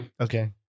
Okay